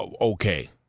okay